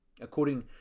According